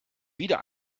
wieder